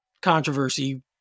controversy